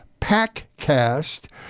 Packcast